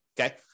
okay